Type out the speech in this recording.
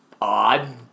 odd